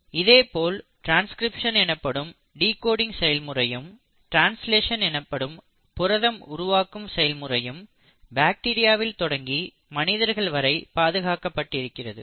இதேபோல் ட்ரான்ஸ்கிரிப்ஷன் எனப்படும் டிகோடிங் செயல்முறையும் ட்ரான்ஸ்லேஷன் எனப்படும் புரதம் உருவாக்கும் செயல்முறையும் பாக்டீரியாவில் தொடங்கி மனிதர்கள் வரை பாதுகாக்கப்பட்டு இருக்கிறது